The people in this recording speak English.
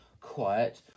quiet